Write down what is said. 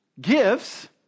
gifts